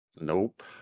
Nope